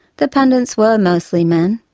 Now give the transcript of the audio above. the pundits were mostly men,